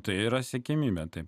tai yra siekiamybė taip